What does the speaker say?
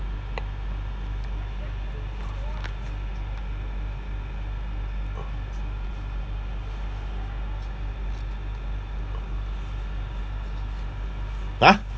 !huh!